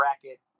bracket